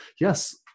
yes